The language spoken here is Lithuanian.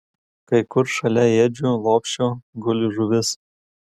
kai kur šalia ėdžių lopšio guli žuvis